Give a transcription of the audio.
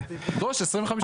שידרוש 25 אחוזים.